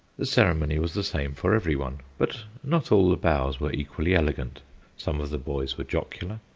the ceremony was the same for everyone, but not all the bows were equally elegant some of the boys were jocular,